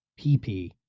PP